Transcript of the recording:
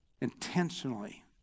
intentionally